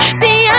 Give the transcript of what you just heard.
see